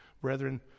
brethren